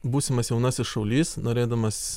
būsimas jaunasis šaulys norėdamas